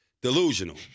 delusional